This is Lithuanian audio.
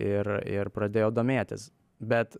ir ir pradėjau domėtis bet